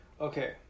Okay